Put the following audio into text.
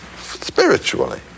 spiritually